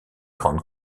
grande